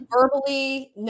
Verbally